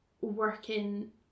working